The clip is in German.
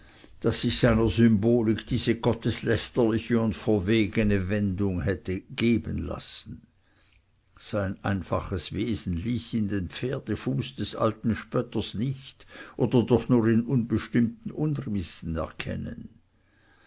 daß sich seiner symbolik diese gotteslästerliche und verwegene wendung hätte geben lassen sein einfaches wesen ließ ihn den pferdefuß des alten spötters nicht oder doch nur in unbestimmten umrissen erkennen